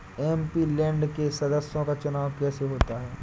MP land के सदस्यों का चुनाव कैसे होता है?